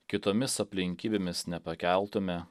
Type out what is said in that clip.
kitomis aplinkybėmis nepakeltume